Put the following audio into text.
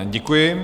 Děkuji.